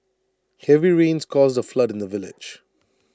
heavy rains caused A flood in the village